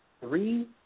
three